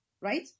Right